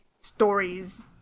stories